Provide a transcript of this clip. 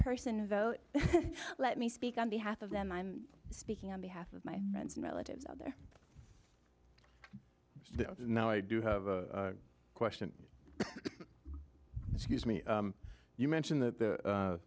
person a vote let me speak on behalf of them i'm speaking on behalf of my friends and relatives out there now i do have a question excuse me you mentioned that